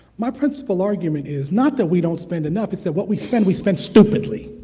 my principle argument is, not that we don't spend enough, is that what we spend, we spend stupidly.